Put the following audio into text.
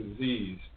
disease